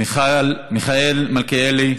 מיכאל מלכיאלי,